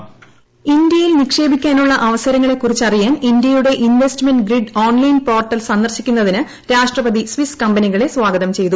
voice ഇന്ത്യയിൽ നിക്ഷേപിക്കാനുള്ള അവസരങ്ങളെ കുറിച്ചറിയാൻ ഇന്ത്യയുടെ ഇൻവെസ്റ്റ്മെന്റ് ഗ്രിഡ് ഓൺലൈൻ പോർട്ടൽ സന്ദർശിക്കുന്നതിന് രാഷ്ട്രപതി സ്ഥിസ് കമ്പനികളെ സ്ഥാഗതം ചെയ്തു